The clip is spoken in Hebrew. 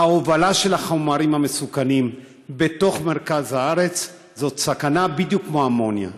ההובלה של החומרים המסוכנים בתוך הארץ היא סכנה בדיוק כמו האמוניה,